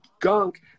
gunk